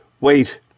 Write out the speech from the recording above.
Wait